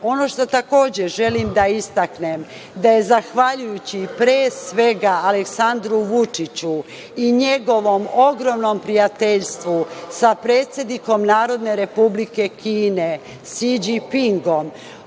itd. Ono što takođe želim da istaknem da je zahvaljujući, pre svega Aleksandru Vučiću i njegovom ogromnom prijateljstvu sa predsednikom Narodne Republike Kine, Si Đinpingom,